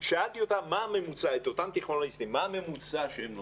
שאלתי את אותם תיכוניסטים מה הממוצע שהם לומדים?